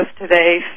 today